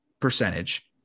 percentage